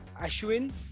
Ashwin